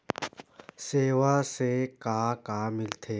सेवा से का का मिलथे?